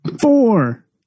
Four